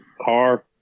Car